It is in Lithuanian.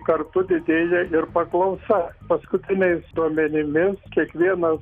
kartu didėja ir paklausa paskutiniais duomenimis kiekvienas